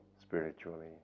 spiritually